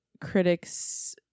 critics